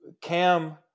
Cam